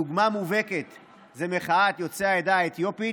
דוגמה מובהקת זה מחאת יוצאי העדה האתיופית,